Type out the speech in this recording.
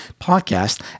podcast